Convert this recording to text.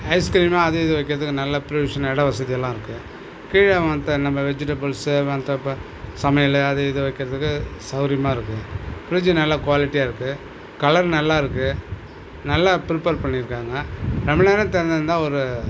ice cream அது இது வைக்கறதுக்கு நல்ல புரோவிஷன் எடை வசதியெல்லாம் இருக்கு கீழே மற்ற நம்ம வெஜிடபிள்ஸு மற்றப்ப சமையல் அது இது வைக்கறதுக்கு சௌரியமாக இருக்குது ஃப்ரிட்ஜ்ஜி நல்லா குவாலிட்டியாக இருக்கு கலர் நல்லா இருக்கு நல்லா ப்ரிப்பேர் பண்ணிருக்காங்க ரொம்ப நேரம் திறந்துருந்தா ஒரு